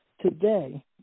today